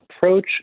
approach